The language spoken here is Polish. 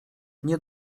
nie